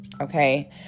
Okay